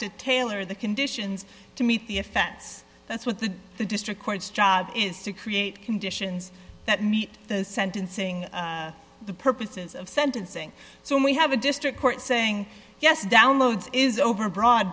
to tailor the conditions to meet the offense that's what the the district court's job is to create conditions that meet the sentencing the purposes of sentencing so when we have a district court saying yes downloads is overbroad